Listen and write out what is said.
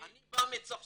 אני בא מצרפת,